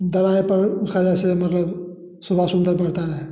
दरवाज़े पर रखा जैसे मतलब सुबह सुन्दर बढ़ता रहे